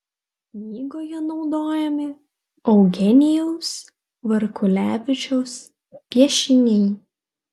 knygoje naudojami eugenijaus varkulevičiaus piešiniai